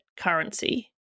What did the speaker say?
currency